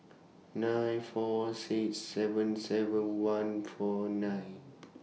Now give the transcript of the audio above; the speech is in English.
nine four six seven seven one four nine